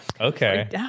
Okay